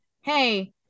hey